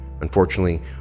Unfortunately